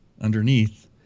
underneath